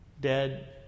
dead